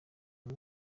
uyu